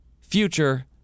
future